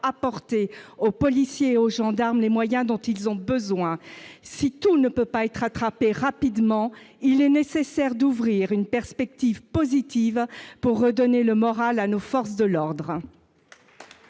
pas aux policiers et aux gendarmes les moyens dont ils ont besoin, si tout ne peut pas être rattrapé rapidement, il est nécessaire d'ouvrir une perspective positive pour redonner le moral à nos forces de l'ordre.